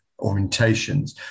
orientations